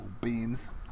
beans